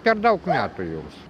per daug metų jūs